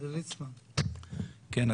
כן,